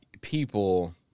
people